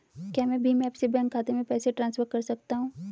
क्या मैं भीम ऐप से बैंक खाते में पैसे ट्रांसफर कर सकता हूँ?